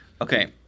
Okay